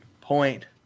point